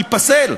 ייפסל.